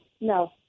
no